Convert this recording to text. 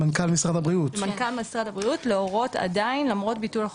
אם מעניין אתכם לראות כמה דוגמאות של מדינות שיש בהן עדיין חובת בידוד.